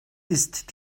ist